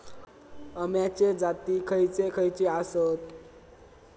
अम्याचे जाती खयचे खयचे आसत?